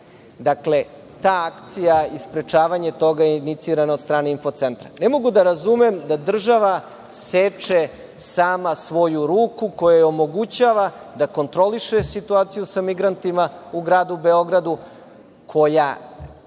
Dakle, ta akcija i sprečavanje toga je inicirana od strane infocentra. Ne mogu da razumem da država seče sama svoju ruku, a koja joj omogućava da kontroliše situaciju sa migrantima u gradu Beogradu, koja